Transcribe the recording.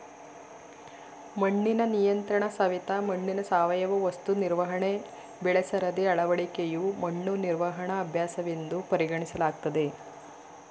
ಮಣ್ಣಿನ ನಿಯಂತ್ರಣಸವೆತ ಮಣ್ಣಿನ ಸಾವಯವ ವಸ್ತು ನಿರ್ವಹಣೆ ಬೆಳೆಸರದಿ ಅಳವಡಿಕೆಯು ಮಣ್ಣು ನಿರ್ವಹಣಾ ಅಭ್ಯಾಸವೆಂದು ಪರಿಗಣಿಸಲಾಗ್ತದೆ